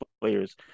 players